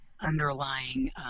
underlying